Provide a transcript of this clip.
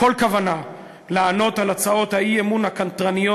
כל כוונה לענות על הצעות האי-אמון הקנטרניות